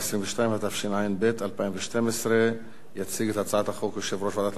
התשע"ב 2012. יציג את הצעת החוק יושב-ראש ועדת העבודה והרווחה,